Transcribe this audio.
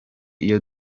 icyo